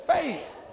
faith